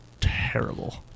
terrible